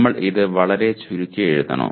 നമ്മൾ ഇത് വളരെ ചുരുക്കി എഴുതണോ